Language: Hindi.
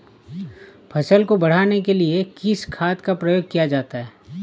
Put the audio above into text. फसल को बढ़ाने के लिए किस खाद का प्रयोग किया जाता है?